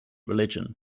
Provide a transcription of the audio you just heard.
religion